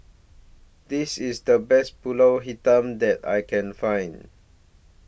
This IS The Best Pulut Hitam that I Can Find